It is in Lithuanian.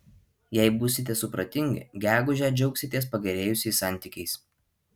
jei būsite supratingi gegužę džiaugsitės pagerėjusiais santykiais